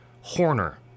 Horner